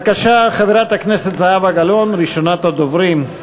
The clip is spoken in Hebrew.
בבקשה, חברת הכנסת גלאון, ראשונת הדוברים.